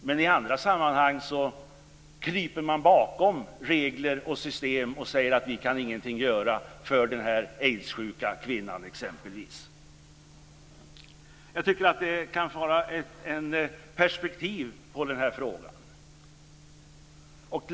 Men i andra sammanhang kryper man bakom regler och system och säger att man ingenting kan göra för exempelvis denna aidssjuka kvinna. Jag tycker att detta kan ge perspektiv på den här frågan.